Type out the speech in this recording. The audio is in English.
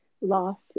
loss